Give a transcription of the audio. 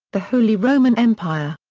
the holy roman empire.